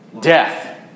Death